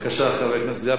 בבקשה, חבר הכנסת גפני.